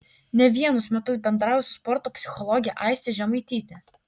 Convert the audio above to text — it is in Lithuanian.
ne vienus metus bendrauju su sporto psichologe aiste žemaityte